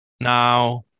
Now